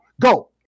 Go